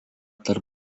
tarp